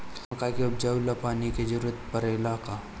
मकई के उपजाव ला पानी के जरूरत परेला का?